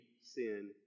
sin